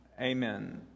Amen